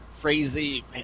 crazy